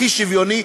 הכי שוויוני,